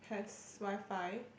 has WiFi